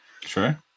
Sure